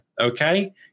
okay